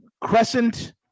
Crescent